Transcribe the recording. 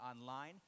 online